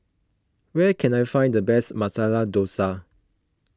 where can I find the best Masala Dosa